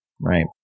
right